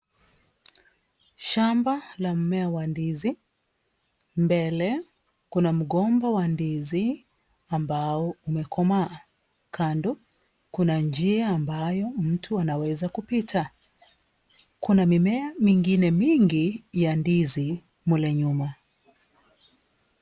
Shamba la mmea wa ndizi, mbele kuna mgomba wa ndizi ambao umekomaa. Kando kuna njia ambayo mtu anaweza kupita. Kuna mimea mingine mingi ya ndizi mle nyuma.